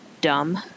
dumb